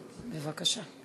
בבקשה.